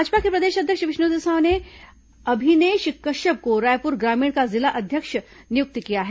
भाजपा के प्रदेश अध्यक्ष विष्णुदेव साय ने अभिनेष कश्यप को रायपुर ग्रामीण का जिला अध्यक्ष नियुक्त किया है